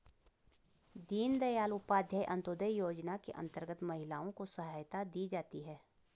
दीनदयाल उपाध्याय अंतोदय योजना के अंतर्गत महिलाओं को सहायता दी जाती है